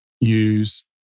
use